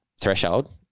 threshold